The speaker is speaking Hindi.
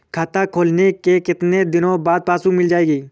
खाता खोलने के कितनी दिनो बाद पासबुक मिल जाएगी?